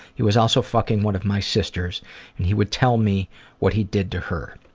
he was also fucking one of my sisters and he would tell me what he did to her.